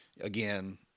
again